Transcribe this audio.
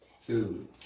two